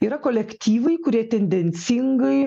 yra kolektyvai kurie tendencingai